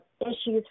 issues